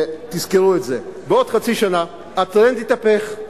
תזכרו את זה: בעוד חצי שנה הטרנד יתהפך,